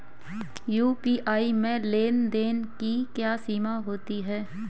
UPI में लेन देन की क्या सीमा होती है?